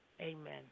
Amen